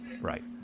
Right